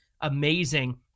amazing